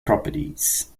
properties